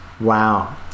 Wow